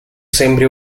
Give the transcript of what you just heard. sembri